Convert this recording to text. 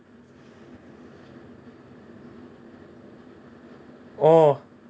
oh